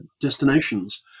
destinations